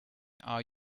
are